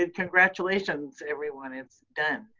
and congratulations, everyone, it's done.